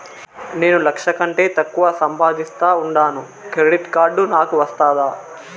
నేను లక్ష కంటే తక్కువ సంపాదిస్తా ఉండాను క్రెడిట్ కార్డు నాకు వస్తాదా